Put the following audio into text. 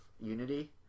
Unity